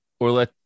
Orlet